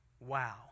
wow